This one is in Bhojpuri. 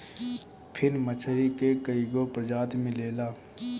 फिन मछरी के कईगो प्रजाति मिलेला